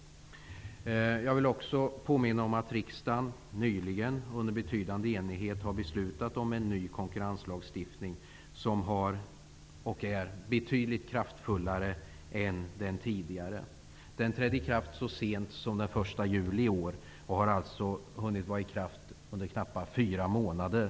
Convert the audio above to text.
Jag vill också påminna om att riksdagen nyligen under betydande enighet har beslutat om en ny konkurrenslagstiftning, som är betydligt kraftfullare än den tidigare. Den trädde i kraft så sent som den 1 juli i år och har alltså hunnit vara i kraft under knappa fyra månader.